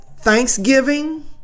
Thanksgiving